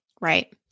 right